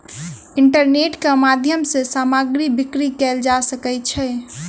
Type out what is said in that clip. internet के माध्यम सॅ सामग्री बिक्री कयल जा सकै छै